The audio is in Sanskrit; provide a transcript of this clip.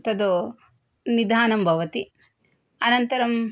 तत् निधानं भवति अनन्तरं